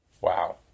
Wow